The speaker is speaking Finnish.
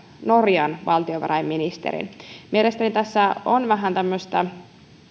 norjan valtiovarainministerin mielestäni tässä on vähän tämmöistä